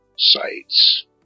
Sites